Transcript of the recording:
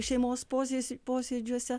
šeimos posės posėdžiuose